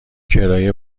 کرایه